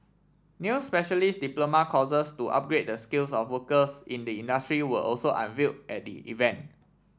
new specialist diploma courses to upgrade the skills of workers in the industry were also unveil at the event